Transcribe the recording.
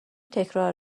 تکرار